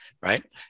right